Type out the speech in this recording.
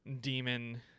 demon